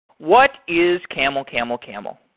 what is camelcamelcamel?